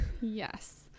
Yes